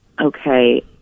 Okay